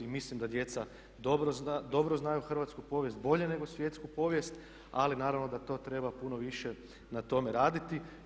I mislim da djeca dobro znaju hrvatsku povijest bolje nego svjetsku povijest, ali naravno da to treba puno više na tome raditi.